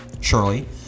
surely